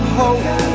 hope